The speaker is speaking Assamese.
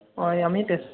অঁ এই আমি